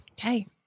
Okay